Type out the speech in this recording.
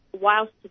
Whilst